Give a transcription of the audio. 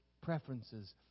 preferences